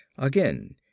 again